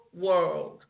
world